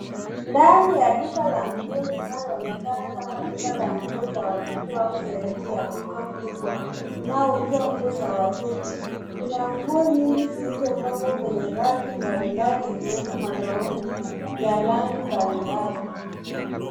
Ndani ya duka la nguo linaloonekana kama duka la nguo za watoto au sehemu ya duka kubwa unaouza nguo za watoto. Kuna nguo nyingi zilizopangwa kwenye raki mbalimbali ikiwemo magauni ya rangi mbalimbali.